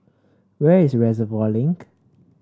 where is Reservoir Link